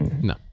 No